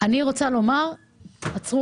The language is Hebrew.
אני רוצה לומר, עצרו